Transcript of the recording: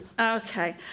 Okay